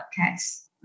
podcast